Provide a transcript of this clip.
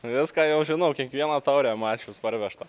viską jau žinau kiekvieną taurę mačius parvežtą